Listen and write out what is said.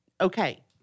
Okay